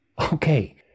Okay